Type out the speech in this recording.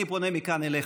אני פונה מכאן אליך,